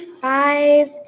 five